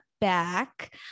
back